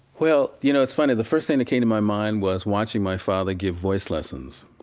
well, you know, it's funny the first thing that came to my mind was watching my father give voice lessons.